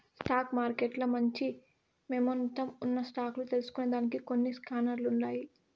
stock మార్కెట్ల మంచి momentum ఉన్న స్టాక్ లు తెల్సుకొనేదానికి కొన్ని స్కానర్లుండాయి